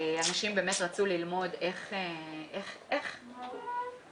אנשים באמת רצו ללמוד איך להתנהל